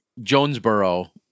Jonesboro